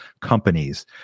companies